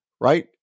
right